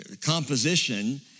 composition